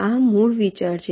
આ મૂળ વિચાર છે